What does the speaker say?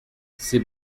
c’est